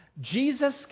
Jesus